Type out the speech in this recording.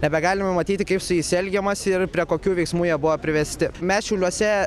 nebegalime matyti kaip su jais elgiamasi ir prie kokių veiksmų jie buvo privesti mes šiauliuose